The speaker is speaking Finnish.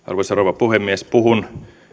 arvoisa rouva puhemies puhun